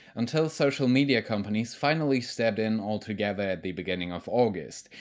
until social media companies finally stepped in all together at the beginning of august.